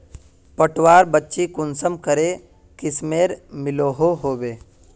पटवार बिच्ची कुंसम करे किस्मेर मिलोहो होबे?